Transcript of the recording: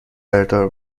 بردار